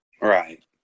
Right